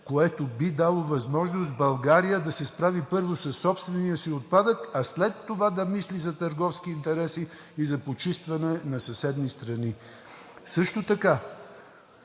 което би дало възможност България да се справи първо със собствения си отпадък, а след това да мисли за търговски интереси и за почистване на съседни страни. Също така